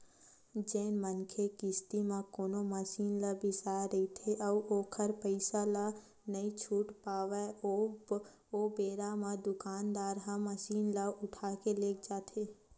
जेन मनखे किस्ती म कोनो मसीन ल बिसाय रहिथे अउ ओखर पइसा ल नइ छूट पावय ओ बेरा म दुकानदार ह मसीन ल उठाके लेग जाथे